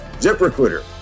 ZipRecruiter